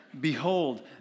Behold